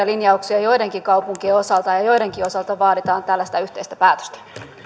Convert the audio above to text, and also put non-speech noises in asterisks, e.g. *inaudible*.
*unintelligible* linjauksia joidenkin kaupunkien osalta ja ja joidenkin osalta vaaditaan tällaista yhteistä päätöstä